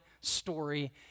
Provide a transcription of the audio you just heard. story